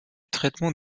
traitement